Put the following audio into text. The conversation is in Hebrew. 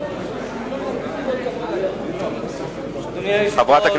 אני מתכבד להביא בפני הכנסת לקריאה שנייה ולקריאה